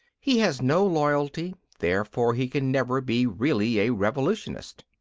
he has no loyalty therefore he can never be really a revolutionist.